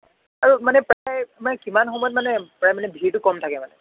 আৰু মানে প্ৰায় মানে কিমান সময়ত মানে প্ৰায় মানে ভিৰটো কম থাকে মানে